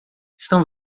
estão